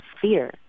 fear